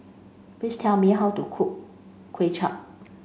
please tell me how to cook Kway Chap